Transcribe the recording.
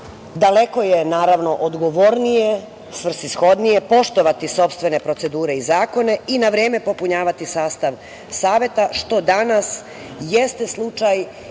daleko je naravno odgovornije, svrsishodnije poštovati sopstvene procedure i zakone i na vreme popunjavati sastav Saveta, što danas jeste slučaj